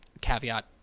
caveat